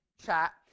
chat